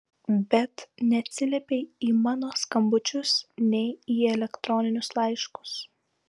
bet neatsiliepei į mano skambučius nei į elektroninius laiškus